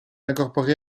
incorporé